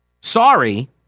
sorry